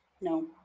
No